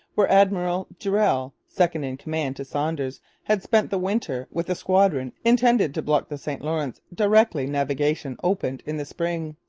where admiral durell, second-in-command to saunders, had spent the winter with a squadron intended to block the st lawrence directly navigation opened in the spring.